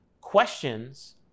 questions